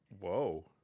whoa